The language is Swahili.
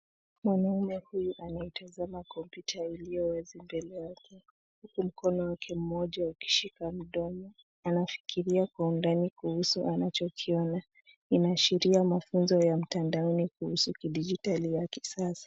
Mwanaume huyu anautazama kompyuta iliyo wazi mbele yake huku mkono wake mmoja ukishika mdomo. Anafikiria kwa undani kuhusu anachokiona, inaashiria mafunzo ya mtandaoni kuhusu kidijitali ya kisasa.